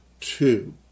Two